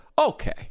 okay